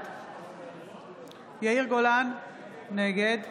בעד יאיר גולן, נגד